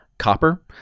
copper